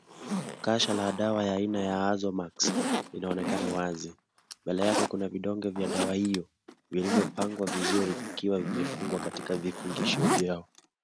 Kasha la dawa ya aina ya azoMax, inaonekana wazi. mbela yake kuna vidonge vyadawa hiyo, vilivyopangwa vizuri vikiwa vimefungwa katika vifungishio vyao.